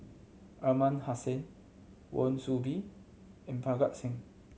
Aliman Hassan Wan Soon Bee and Parga Singh